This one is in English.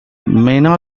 mena